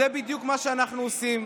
זה בדיוק מה שאנחנו עושים.